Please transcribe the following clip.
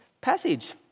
passage